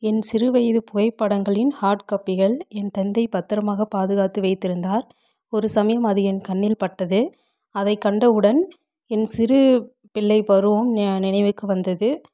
என் சிறு வயது புகைப்படங்களின் ஹாட் காப்பிகள் என் தந்தை பத்திரமாக பாதுகாத்து வைத்திருந்தார் ஒரு சமயம் அது என் கண்ணில் பட்டது அதை கண்டவுடன் என் சிறு பிள்ளை பருவம் நி நினைவுக்கு வந்தது